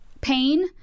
pain